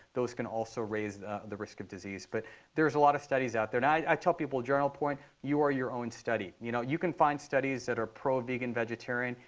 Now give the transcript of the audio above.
those can also raise the the risk of disease. but there are a lot of studies out there. now i tell people a general point. you are your own study. you know you can find studies that are pro-vegan, vegetarian,